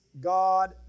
God